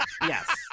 Yes